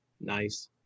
nice